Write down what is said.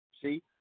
See